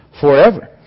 forever